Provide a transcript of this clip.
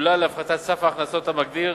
שקולה להפחתת סף ההכנסות המגדיר